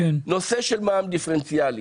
נושא של מע"מ דיפרנציאלי.